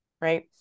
Right